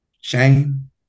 shame